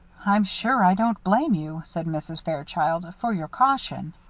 i'm sure i don't blame you, said mrs. fairchild, for your caution.